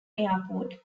airport